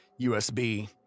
USB